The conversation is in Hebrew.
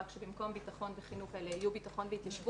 רק שבמקום ביטחון וחינוך אלה יהיו ביטחון והתיישבות.